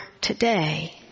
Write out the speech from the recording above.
today